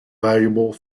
valuable